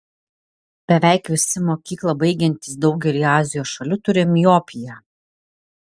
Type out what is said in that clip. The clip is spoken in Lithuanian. beveik visi mokyklą baigiantys daugelyje azijos šalių turi miopiją